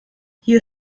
hier